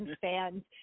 fans